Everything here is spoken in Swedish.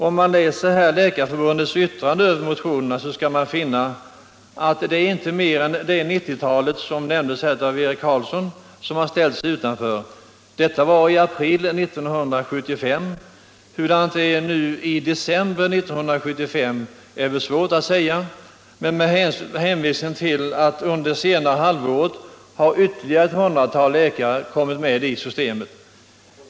Om man läser Läkarförbundets yttrande över motionerna skall man finna att det inte är mer än ett 90-tal läkare, vilket nämndes av Eric Carlsson, som inte utövar privatpraktik eller som arbetar på särskild arbetstid. Detta var i april 1975. Hur det är nu i december 1975 är svårt att säga, men man kan hänvisa till att ytterligare ett hundratal läkare under senare halvåret kommit med i systemet.